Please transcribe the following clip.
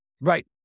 right